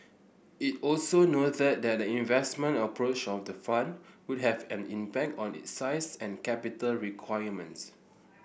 it also noted that the investment approach of the fund would have an impact on its size and capital requirements